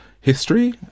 history